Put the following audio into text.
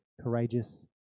courageous